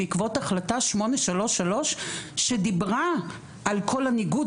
בעקבות החלטה 833 שדיברה על כל ניגוד